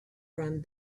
from